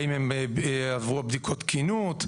האם הם עברו בדיקות תקינות,